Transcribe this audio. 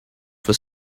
for